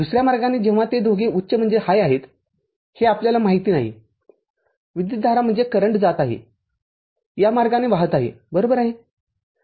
दुसर्या मार्गाने जेव्हा ते दोघे उच्च आहेतहे आपल्याला माहिती नाहीविद्युतधारा जात आहेया मार्गाने वाहत आहे बरोबर आहे